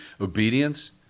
obedience